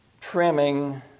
trimming